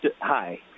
Hi